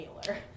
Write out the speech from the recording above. Taylor